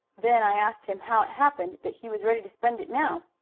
then i asked him how it happened that he was ready to spend it now.